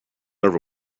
over